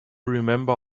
remember